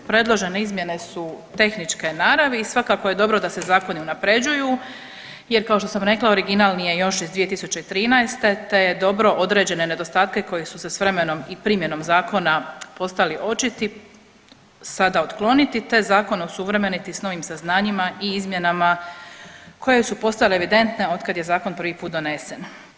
Predložene izmjene su tehničke naravi i svakako je dobro da se zakoni unapređuju, jer kao što sam rekla originalni je još iz 2013. te je dobro određene nedostatke koji su se s vremenom i primjenom zakona postali očiti sada otkloniti te zakon osuvremeniti sa novim saznanjima i izmjenama koje su postale evidentne od kada je zakon prvi put donesen.